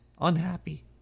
unhappy